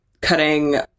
cutting